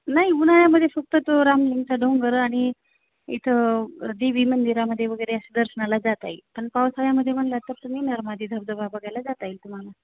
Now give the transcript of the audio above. नाही उन्हाळ्यामध्ये फक्त तो रामलिंगचा डोंगर आणि इथं देवी मंदिरामध्ये वगैरे अशा दर्शनाला जाता येईल पण पावसाळ्यामध्ये म्हटलात तर नरमादी धबधबा बघायला जाता येईल तुम्हाला